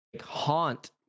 haunt